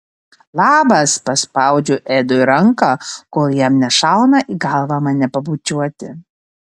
labas paspaudžiu edui ranką kol jam nešauna į galvą mane pabučiuoti